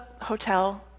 hotel